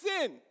sin